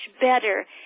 better